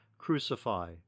Crucify